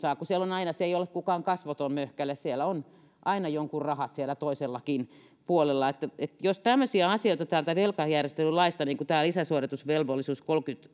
saavat kun siellä on aina joku se ei ole kukaan kasvoton möhkäle siellä on aina jonkun rahat siellä toisellakin puolella jos tämmöisiä asioita täältä velkajärjestelylaista tämä lisäsuodatusvelvollisuuden